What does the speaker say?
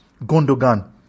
Gondogan